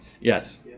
Yes